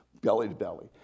belly-to-belly